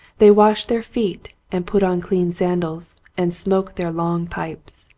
they wash their feet and put on clean sandals and smoke their long pipes